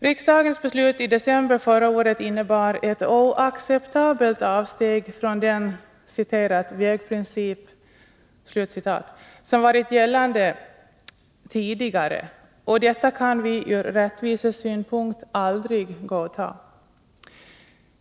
Riksdagens beslut i december förra året innebar ett oacceptabelt avsteg från den ”vägprincip” som varit gällande tidigare, och detta kan vi ur rättvisesynpunkt aldrig godta.